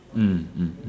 mm mm mm